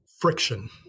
friction